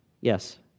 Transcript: Yes